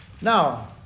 Now